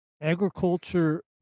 agriculture